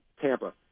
Tampa